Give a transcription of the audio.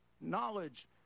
Knowledge